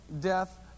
death